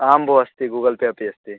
आं भो अस्ति गूगल् पे अपि अस्ति